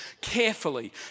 carefully